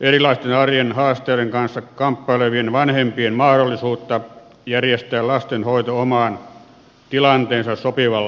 erilaisten arjen haasteiden kanssa kamppailevien vanhempien mahdollisuutta järjestää lastenhoito omaan tilanteeseensa sopivalla tavalla